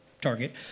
target